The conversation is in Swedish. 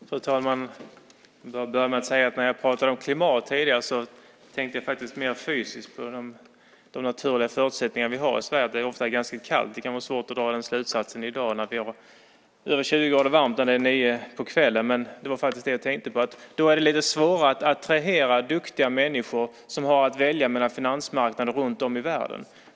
Fru talman! Jag vill börja med att säga att när jag talade om klimat tidigare tänkte jag mest på det fysiska klimatet och de naturliga förutsättningar vi har i Sverige. Det är ju ofta ganska kallt. Det kan vara svårt att dra den slutsatsen i dag när vi har över 20 grader varmt klockan nio på kvällen. Ett kallt klimat gör att det blir svårare att rekrytera duktiga människor som har att välja mellan finansmarknader runtom i världen.